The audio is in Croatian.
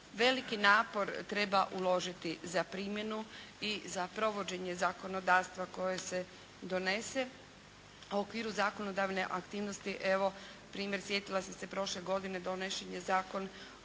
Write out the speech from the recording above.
Veliki napor treba uložiti za primjenu i za provođenje zakonodavstva koje se donese, a u okviru zakonodavne aktivnosti evo primjer, sjetila sam se prošle godine donesen je Zakon